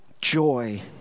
joy